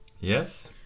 Yes